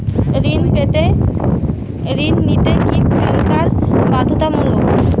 ঋণ নিতে কি প্যান কার্ড বাধ্যতামূলক?